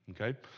Okay